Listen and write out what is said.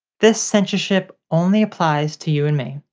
this censorship only applies to you and me,